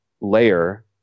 layer